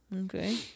Okay